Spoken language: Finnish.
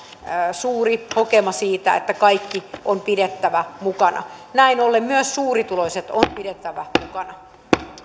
suuri hokema siitä että kaikki on pidettävä mukana näin ollen myös suurituloiset on pidettävä mukana